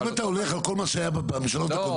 אם אתה הולך על כל מה שהיה בממשלות הקודמות,